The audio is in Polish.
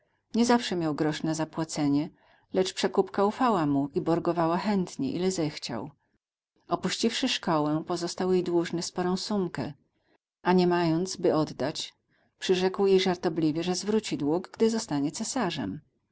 nie zawsze miał grosz na zapłacenie lecz przekupka ufała mu i borgowała chętnie ile zechciał opuściwszy szkołę pozostał jej dłużny sporą sumkę a nie mając by oddać przyrzekł jej żartobliwie że zwróci dług gdy zostanie cesarzem